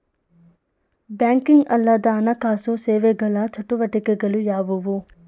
Banking ಅಲ್ಲದ ಹಣಕಾಸು ಸೇವೆಗಳ ಚಟುವಟಿಕೆಗಳು ಯಾವುವು?